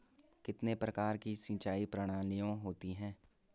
कितने प्रकार की सिंचाई प्रणालियों होती हैं?